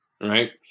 right